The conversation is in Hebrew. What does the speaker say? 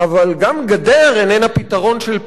אבל גם גדר איננה פתרון של פלא,